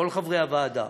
כל חברי הוועדה,